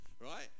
right